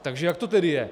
Takže jak to tedy je?